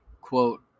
Quote